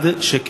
מיליארד שקל.